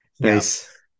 Nice